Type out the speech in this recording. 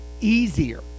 easier